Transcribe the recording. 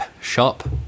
shop